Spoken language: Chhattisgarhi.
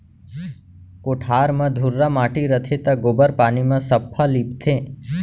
कोठार म धुर्रा माटी रथे त गोबर पानी म सफ्फा लीपथें